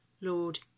Lord